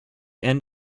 end